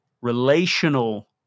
relational